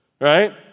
right